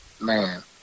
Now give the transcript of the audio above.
man